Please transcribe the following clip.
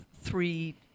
three